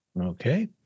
Okay